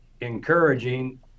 encouraging